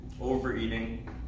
Overeating